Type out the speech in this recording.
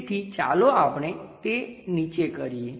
તેથી ચાલો આપણે તે નીચે કરીએ